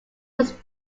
was